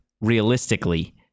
Realistically